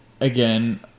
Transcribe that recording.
again